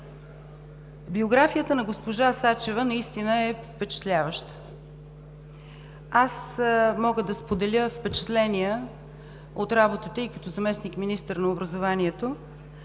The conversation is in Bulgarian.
Биографията на госпожа Сачева наистина е впечатляваща. Аз мога да споделя впечатления от работата ѝ като заместник-министър на образованието,